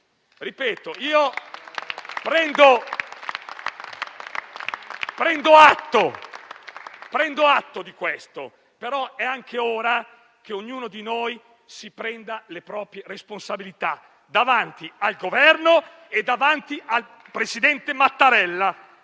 Ripeto: prendo atto di questo, però è anche ora che ognuno di noi si assuma le proprie responsabilità davanti al Governo e davanti al presidente Mattarella